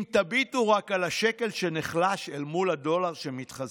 אם תביטו רק על השקל שנחלש אל מול הדולר שמתחזק,